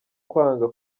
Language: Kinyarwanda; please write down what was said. kwanga